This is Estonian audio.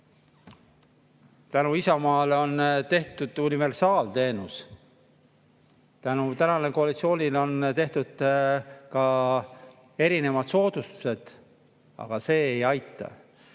Tänu Isamaale on tehtud universaalteenus. Tänu tänasele koalitsioonile on tehtud ka erinevad soodustused, aga see ei aita.